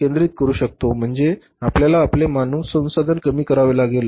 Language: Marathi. म्हणजेच आपल्याला आपले मानव संसाधन कमी करावे लागेल